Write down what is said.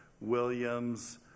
williams